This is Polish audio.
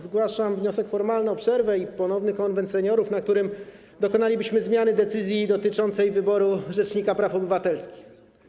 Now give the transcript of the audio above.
Zgłaszam wniosek formalny o przerwę i ponowny Konwent Seniorów, na którym dokonalibyśmy zmiany decyzji dotyczącej wyboru rzecznika praw obywatelskich.